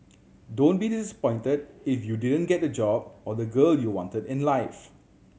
don't be disappointed if you didn't get the job or the girl you wanted in life